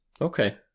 okay